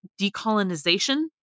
decolonization